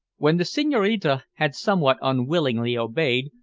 when the senhorina had somewhat unwillingly obeyed,